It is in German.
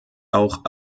auch